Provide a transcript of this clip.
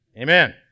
Amen